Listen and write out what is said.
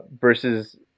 versus